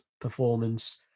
performance